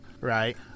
right